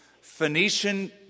Phoenician